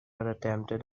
attempted